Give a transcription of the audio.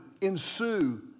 ensue